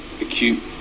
acute